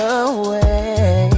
away